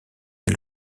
des